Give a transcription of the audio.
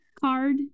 card